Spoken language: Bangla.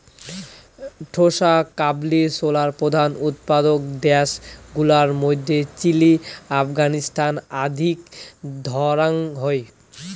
ঢোসা কাবুলি ছোলার প্রধান উৎপাদক দ্যাশ গুলার মইধ্যে চিলি, আফগানিস্তান আদিক ধরাং হই